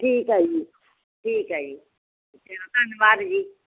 ਠੀਕ ਆ ਜੀ ਠੀਕ ਆ ਜੀ ਧੰਨਵਾਦ ਜੀ